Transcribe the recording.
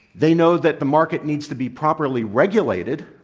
they know that the market needs to be properly regulated,